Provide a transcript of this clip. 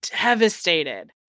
devastated